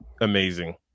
amazing